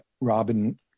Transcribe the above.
Robin